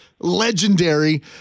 legendary